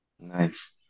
Nice